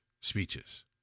speeches